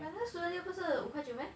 but 那个 student meal 不是五块九 meh